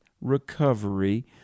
recovery